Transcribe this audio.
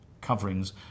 coverings